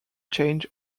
changed